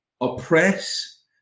oppress